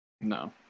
no